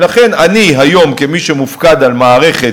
ולכן, אני, כמי שמופקד היום על מערכת